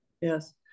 Yes